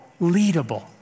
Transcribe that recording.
leadable